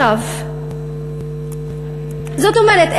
זאת אומרת,